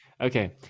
okay